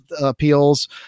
appeals